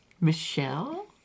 michelle